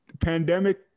pandemic